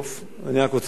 אני רק רוצה להזכיר